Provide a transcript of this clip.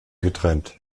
getrennt